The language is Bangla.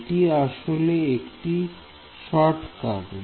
এটি আসলে একটি শর্টকাট